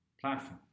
platform